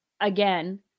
again